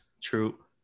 True